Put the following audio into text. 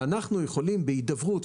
ואנחנו יכולים בהידברות,